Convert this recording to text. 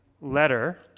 letter